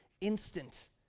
instant